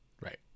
Right